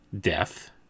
death